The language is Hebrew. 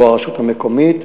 או הרשות המקומית,